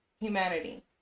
humanity